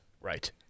Right